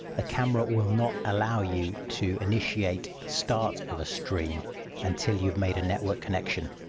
ah camera will not allow you to initiate the start of a stream until you've made a network connection.